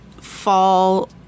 fall